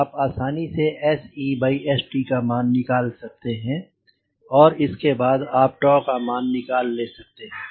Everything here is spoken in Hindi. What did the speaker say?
आप आसानी से का मान निकाल सकते हैं और इसके बाद आप मान निकाल सकते हैं